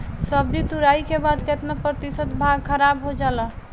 सब्जी तुराई के बाद केतना प्रतिशत भाग खराब हो जाला?